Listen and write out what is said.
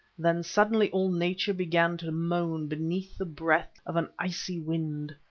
then suddenly all nature began to moan beneath the breath of an icy wind.